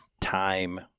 time